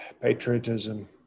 patriotism